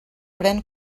pren